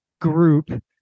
group